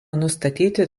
nustatyti